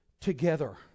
together